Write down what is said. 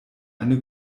eine